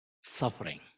suffering